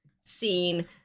scene